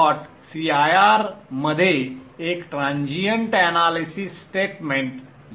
cir मध्ये एक transient analysis statement 0